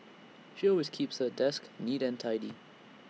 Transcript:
she always keeps her desk neat and tidy